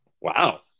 wow